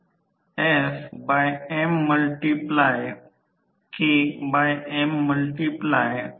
आणि I c 200 600 होईल कारण R c 600 Ohm terminal voltage 200 आहे